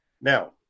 Now